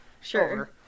sure